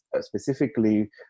specifically